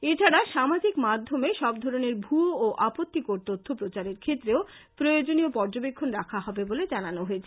এছাড়া সামাজিক মাধ্যমে সবধরণের ভূঁয়ো ও আপত্তিকর তথ্য প্রচারের ক্ষেত্রেও প্রয়োজনীয় পর্যবেক্ষণ রাখা হবে বলে জানানো হয়েছে